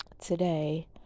today